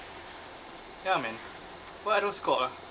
ya man what are those called ah